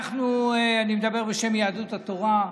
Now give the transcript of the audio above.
אני מדבר בשם יהדות התורה,